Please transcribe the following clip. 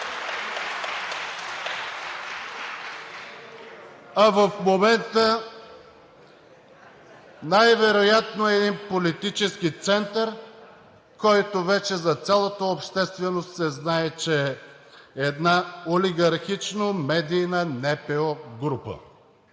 А в момента има най-вероятно един политически център, за който вече цялата общественост знае, че е една олигархично-медийна НПО-група.